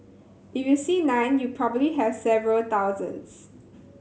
if you see nine you probably have several thousands